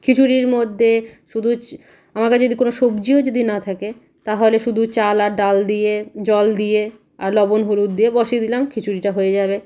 খিচুড়িরমধ্যে শুধু আমার কাছে যদি কোনো সবজিও যদি না থাকে তাহলে শুধু চাল আর ডাল দিয়ে জল দিয়ে আর লবণ হলুদ দিয়ে বসিয়ে দিলাম খিচুড়িটা হয়ে যাবে